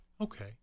Okay